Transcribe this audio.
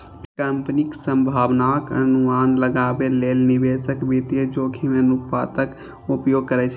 कंपनीक संभावनाक अनुमान लगाबै लेल निवेशक वित्तीय जोखिम अनुपातक उपयोग करै छै